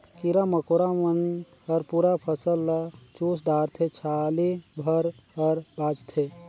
कीरा मकोरा मन हर पूरा फसल ल चुस डारथे छाली भर हर बाचथे